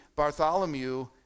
Bartholomew